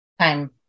time